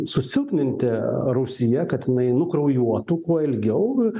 susilpninti rusiją kad jinai nukraujuotų kuo ilgiau